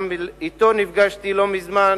וגם אתו נפגשתי לא מזמן